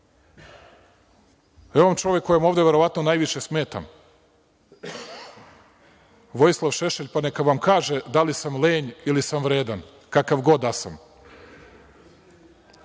Evo vam čovek ovde, kome verovatno najviše smetam, Vojislav Šešelj, pa neka vam kaže da li sam lenj ili sam vredan, kakav god da sam.